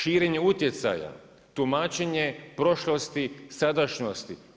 Širenje utjecaja, tumačenje prošlosti, sadašnjosti.